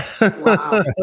Wow